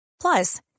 Plus